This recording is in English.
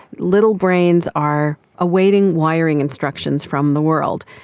little brains are awaiting wiring instructions from the world.